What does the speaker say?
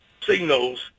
signals